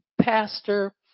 pastor